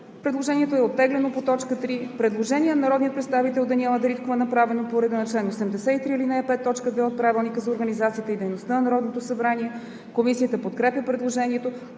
Предложението е оттеглено по т. 3. Предложение на народния представител Даниела Дариткова, направено по реда на чл. 83, ал. 5, т. 2 от Правилника за организацията и дейността на Народното събрание. Комисията подкрепя предложението.